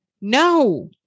No